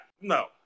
no